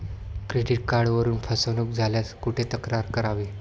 Credit कार्डवरून फसवणूक झाल्यास कुठे तक्रार करावी?